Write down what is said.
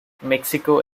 mexico